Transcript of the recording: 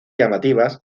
llamativas